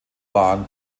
waren